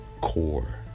core